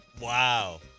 Wow